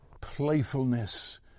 playfulness